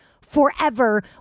forever